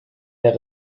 der